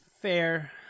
fair